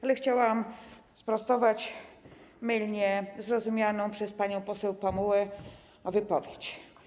Ale chciałam sprostować mylnie zrozumianą przez panią poseł Pamułę wypowiedź.